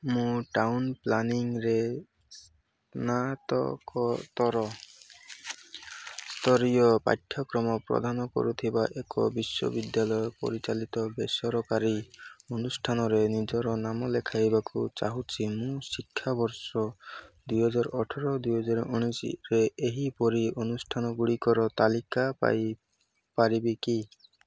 ମୁଁ ଟାଉନ୍ ପ୍ଲାନିଂରେ ସ୍ନାତକୋତ୍ତର ସ୍ତରୀୟ ପାଠ୍ୟକ୍ରମ ପ୍ରଦାନ କରୁଥିବା ଏକ ବିଶ୍ୱବିଦ୍ୟାଳୟ ପରିଚାଳିତ ବେସରକାରୀ ଅନୁଷ୍ଠାନରେ ନିଜର ନାମ ଲେଖାଇବାକୁ ଚାହୁଁଛି ମୁଁ ଶିକ୍ଷାବର୍ଷ ଦୁଇହଜାର ଅଠର ଦୁଇହଜାର ଉଣେଇଶରେ ଏହିପରି ଅନୁଷ୍ଠାନଗୁଡ଼ିକର ତାଲିକା ପାଇ ପାରିବି କି